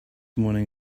morning